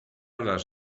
las